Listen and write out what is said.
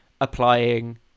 applying